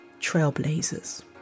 trailblazers